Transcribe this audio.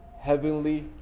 Heavenly